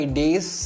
days